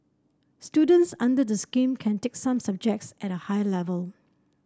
students under the scheme can take some subjects at higher level